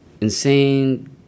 Insane